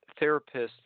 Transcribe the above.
therapists –